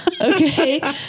Okay